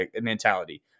mentality